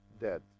dead